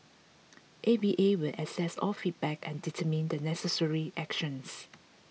A V A will assess all feedback and determine the necessary actions